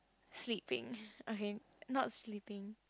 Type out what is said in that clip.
sweet thing okay not sleeping